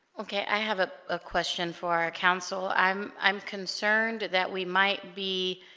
okay i have a ah question for our counsel i'm i'm concerned that we might be